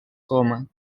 com